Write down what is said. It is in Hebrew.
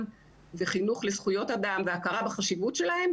וחינוך לזכויות אדם והכרה בחשיבות שלהם,